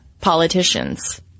politicians